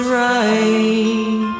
right